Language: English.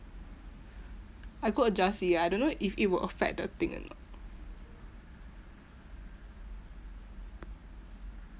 I could adjust it I don't know if it will affect the thing or not